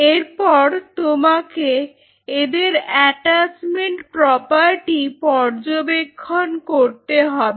এরপর তোমাকে এদের অ্যাটাচমেন্ট প্রপার্টি পর্যবেক্ষণ করতে হবে